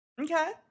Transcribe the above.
Okay